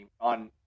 on